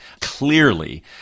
Clearly